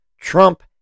Trump